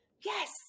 yes